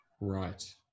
right